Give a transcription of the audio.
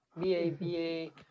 B-A-B-A